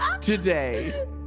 today